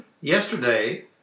Yesterday